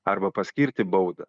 arba paskirti baudą